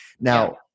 Now